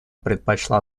предпочла